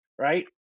right